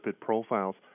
profiles